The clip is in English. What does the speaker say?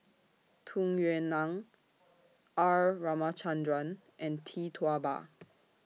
Tung Yue Nang R Ramachandran and Tee Tua Ba